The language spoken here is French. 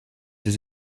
des